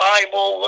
Bible